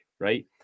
right